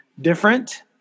different